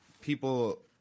people